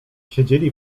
siedzieli